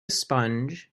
sponge